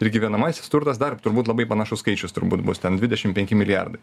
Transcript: ir gyvenamasis turtas dar turbūt labai panašus skaičius turbūt bus ten dvidešim penki milijardai